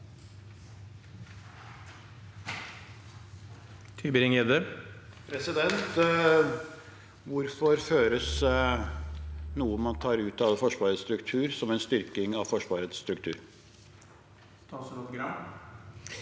Hvor- for føres noe man tar ut av Forsvarets struktur, som en styrking av Forsvarets struktur?